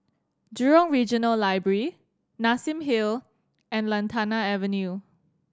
Jurong Regional Library Nassim Hill and Lantana Avenue